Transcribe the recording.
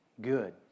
Good